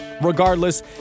regardless